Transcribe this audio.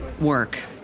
work